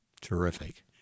Terrific